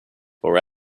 for